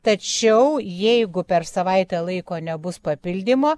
tačiau jeigu per savaitę laiko nebus papildymo